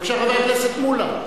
בבקשה, חבר הכנסת מולה.